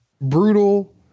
brutal